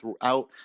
throughout